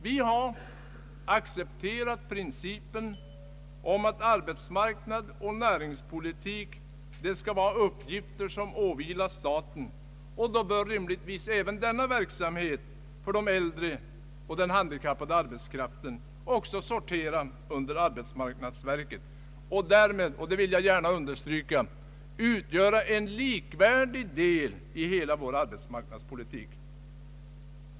Vi har accepterat principen om att arbetsmarknadsoch näringspolitik skall vara uppgifter som åvilar staten, och då bör rimligtvis även denna verksamhet för de äldre och den handikappade arbetskraften sortera under arbetsmarknadsverket och därmed — det vill jag understryka — ugöra en med annan verksamhet likvärdig del i hela vår arbetsmarknadspolitik.